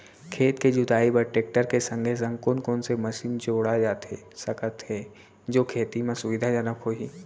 खेत के जुताई बर टेकटर के संगे संग कोन कोन से मशीन जोड़ा जाथे सकत हे जो खेती म सुविधाजनक होही?